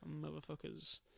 Motherfuckers